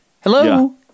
hello